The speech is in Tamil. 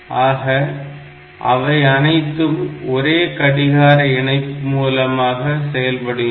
ஆக அவை அனைத்தும் ஒரே கடிகார இணைப்பு மூலமாக செயல்படுகின்றன